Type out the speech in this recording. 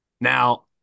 Now